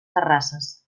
terrasses